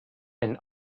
and